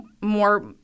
more